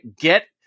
Get